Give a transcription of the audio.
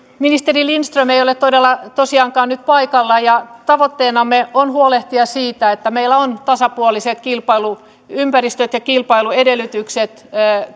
ministeri lindström ei ole tosiaankaan nyt paikalla tavoitteenamme on huolehtia siitä että meillä on tasapuoliset kilpailuympäristöt ja kilpailuedellytykset